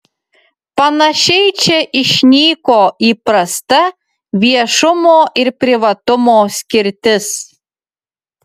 panašiai čia išnyko įprasta viešumo ir privatumo skirtis